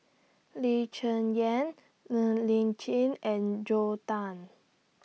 Lee Cheng Yan Ng Li Chin and Joel Tan